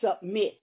submit